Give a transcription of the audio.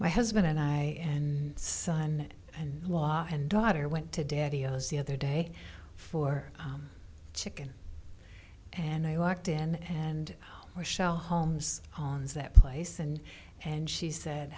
my husband and i and son in law and daughter went to daddy owes the other day for chicken and i walked in and her shell homes on's that place and and she said